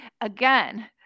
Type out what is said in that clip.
again